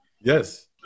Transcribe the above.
Yes